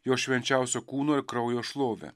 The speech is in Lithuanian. jo švenčiausio kūno ir kraujo šlovę